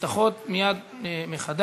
ונפתחות מייד מחדש,